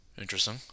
interesting